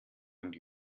und